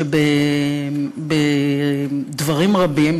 שבדברים רבים,